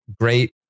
Great